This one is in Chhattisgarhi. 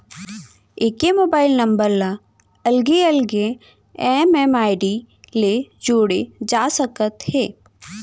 एके मोबाइल नंबर ल अलगे अलगे एम.एम.आई.डी ले जोड़े जा सकत हे